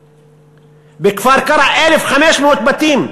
בכפר-קרע, 1,500 בתים.